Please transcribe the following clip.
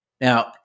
Now